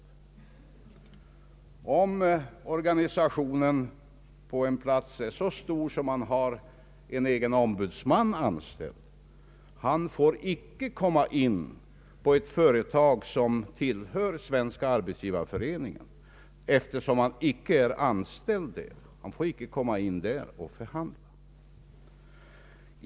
Om den fackliga organisationen på en plats är så stor att man har en egen ombudsman anställd, får han icke komma in och förhandla på ett företag som tillhör Svenska arbetsgivareföreningen, eftersom han icke är anställd vid företaget.